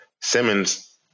Simmons